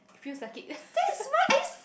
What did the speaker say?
feels like it